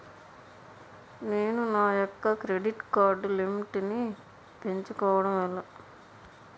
నేను నా యెక్క క్రెడిట్ కార్డ్ లిమిట్ నీ పెంచుకోవడం ఎలా?